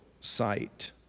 sight